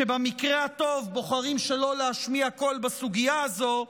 שבמקרה הטוב בוחרים שלא להשמיע קול בסוגיה הזו,